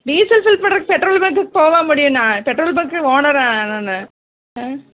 diesel fill பண்ணுறக்கு petrol பங்க்குக்கு போக முடியுண்ணா பெட்ரோல் பங்க்கு ஓனராக நான் ஆ